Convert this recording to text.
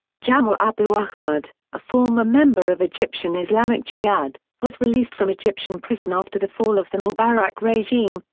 jamal abu ahmad, a former member of egyptian islamic jihad, was released from egyptian prison after the fall of the mubarak regime,